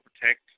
protect